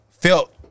felt